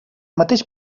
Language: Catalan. mateix